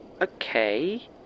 Okay